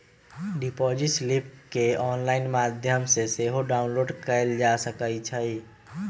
deposit slip केंऑनलाइन माध्यम से सेहो डाउनलोड कएल जा सकइ छइ